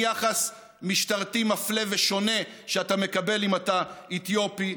מיחס משטרתי מפלה ושונה שאתה מקבל אם אתה אתיופי,